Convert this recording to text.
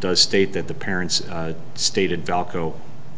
does state that the parents stated valko